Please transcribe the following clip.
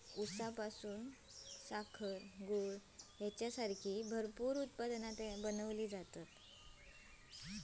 ऊसापासून साखर, गूळ हेंच्यासारखी भरपूर उत्पादना बनवली जातत